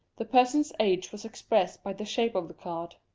the person's age was expressed by the shape of the card.